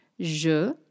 Je